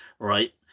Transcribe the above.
Right